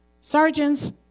sergeants